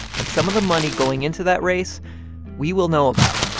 and some of the money going into that race we will know about.